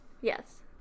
yes